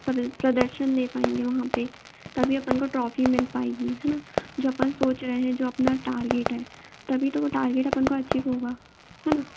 प्रदर्शन दे पाएंगे वहां पर तभी अपन को ट्रॉफी मिल पाएगी है न जो अपन सोच रहे हैं जो अपना टारगेट है तभी तो टारगेट अपन को अचीव होगा है न